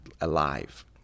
alive